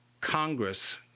Congress